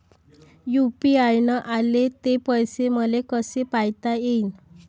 UPI न आले ते पैसे मले कसे पायता येईन?